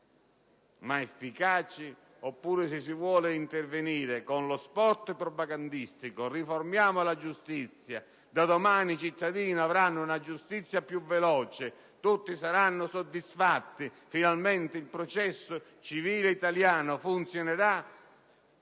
ma efficaci, oppure se si vuole intervenire con *spot* propagandistici quali: riformiamo la giustizia, da domani i cittadini avranno una giustizia più veloce, tutti saranno soddisfatti e finalmente il processo civile italiano funzionerà.